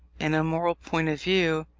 in a moral point of view,